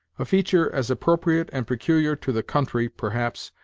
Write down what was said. a feature as appropriate and peculiar to the country, perhaps,